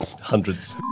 hundreds